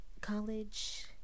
college